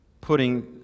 putting